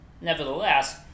Nevertheless